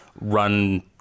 run